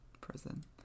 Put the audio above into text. prison